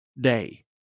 day